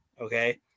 Okay